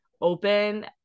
open